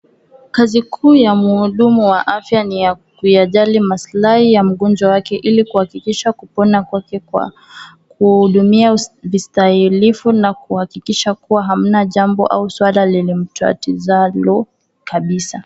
Kazi kuu ya muundumu wa afya ni ya kuyajali maslai ya mgonjwa wake ili kuhakikisha kupona kwake kwa kurudumia vistahilifu na kuhakikisha kuwa hamna jambo au suada lililotwatizwalo kabisa.